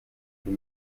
die